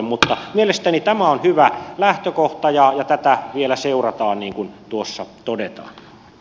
mutta mielestäni tämä on hyvä lähtökohta ja tätä vielä seurataan niin kuin tuossa todetaan